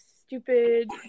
stupid